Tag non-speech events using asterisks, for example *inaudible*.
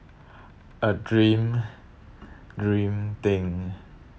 *breath* a dream *breath* dream thing *breath*